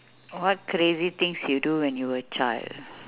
what crazy things you do when you were a child